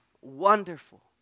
wonderful